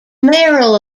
mayoral